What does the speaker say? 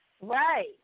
Right